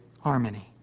harmony